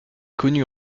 connut